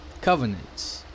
covenants